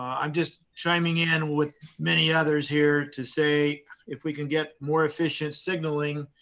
um just chiming in with many others here to say if we can get more efficient signalling,